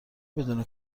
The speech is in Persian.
بدون